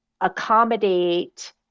accommodate